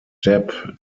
depp